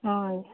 ହଁ ଆଜ୍ଞା